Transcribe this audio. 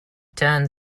turned